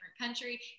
country